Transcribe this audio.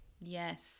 yes